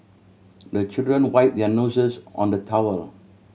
the children wipe their noses on the towel